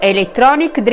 Electronic